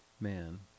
Man